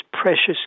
precious